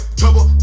trouble